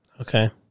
Okay